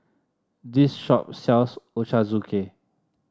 this shop sells Ochazuke